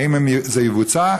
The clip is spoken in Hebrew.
האם זה יבוצע,